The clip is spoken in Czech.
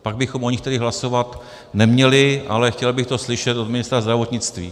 Pak bychom o nich tedy hlasovat neměli, ale chtěl bych to slyšet od ministra zdravotnictví.